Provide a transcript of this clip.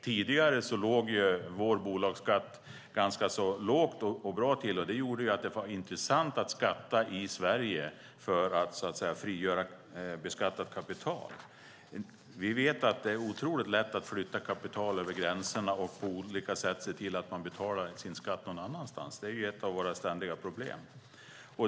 Tidigare låg vår bolagsskatt ganska lågt och bra till, och det gjorde att det var intressant att skatta i Sverige för att frigöra beskattat kapital. Vi vet att det är otroligt lätt att flytta kapital över gränserna och på olika sätt se till att man betalar sin skatt någon annanstans. Det är ett av våra ständiga problem.